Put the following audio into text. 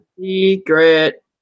secret